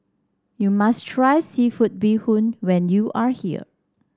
you must try seafood Bee Hoon when you are here